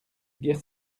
guerre